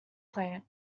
plant